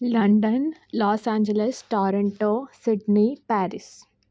London Los Angeles Toronto Sydney Paris